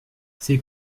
c’est